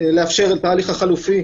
לאפשר את התהליך החלופי,